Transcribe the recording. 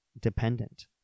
dependent